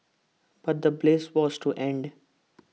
but the bliss was to end